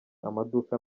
amaduka